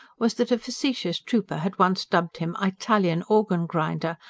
was that a facetious trooper had once dubbed him eytalian organ-grinder,